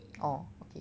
okay